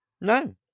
No